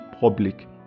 public